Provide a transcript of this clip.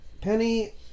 Penny